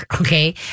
Okay